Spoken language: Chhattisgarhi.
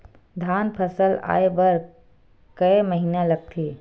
धान फसल आय बर कय महिना लगथे?